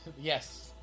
Yes